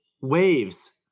waves